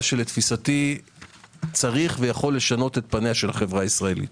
שלתפיסתי צריך ויכול לשנות את פניה של החברה הישראלית.